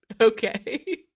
Okay